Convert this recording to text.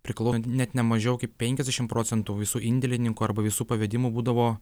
priklau net ne mažiau kaip penkiasdešimt procentų visų indėlininkų arba visų pavedimų būdavo